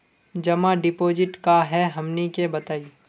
जमा डिपोजिट का हे हमनी के बताई?